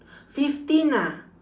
fifteen ah